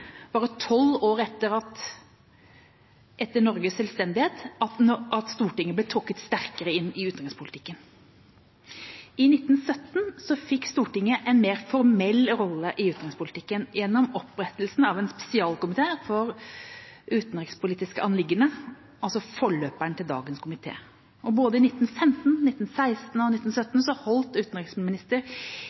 tolv år etter Norges selvstendighet, at Stortinget ble trukket sterkere inn i utenrikspolitikken. I 1917 fikk Stortinget en mer formell rolle i utenrikspolitikken gjennom opprettelsen av en spesialkomité for utenrikspolitiske anliggender, altså forløperen til dagens komité. Og i både 1915, 1916 og 1917 holdt utenriksminister